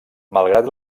malgrat